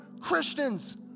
Christians